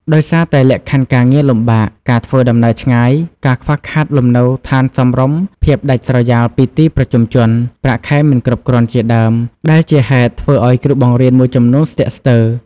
ដោយសារតែលក្ខខណ្ឌការងារលំបាក ការធ្វើដំណើរឆ្ងាយ ការខ្វះខាតលំនៅឋានសមរម្យ ភាពដាច់ស្រយាលពីទីប្រជុំជន ប្រាក់ខែមិនគ្រប់គ្រាន់ជាដើម ដែលជាហេតុធ្វើឲ្យគ្រូបង្រៀនមួយចំនួនស្ទាក់ស្ទើរ។